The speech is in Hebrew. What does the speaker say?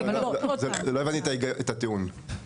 לא הבנתי את הטיעון.